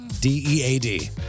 D-E-A-D